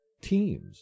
teams